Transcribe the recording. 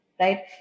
right